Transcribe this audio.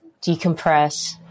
decompress